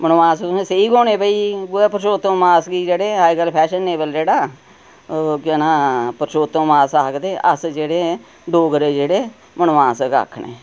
मनमास तुसेंगी सेई गे होने भई उ'यै परशोत्तम मास गी जेह्ड़े अज्जकल फैशनेबल जेह्ड़ा ओह् केह् नांऽ परशोत्तम मास आखदे अस जेह्ड़े डोगरे जेह्ड़े मनमास गै आक्खनें